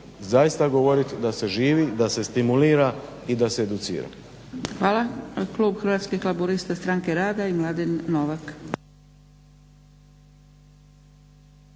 zaista govoriti da se živi, da se stimulira i da se educira. **Zgrebec, Dragica (SDP)** Hvala. Klub Hrvatskih laburista-Stranke rada i Mladen Novak.